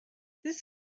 this